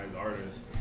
artists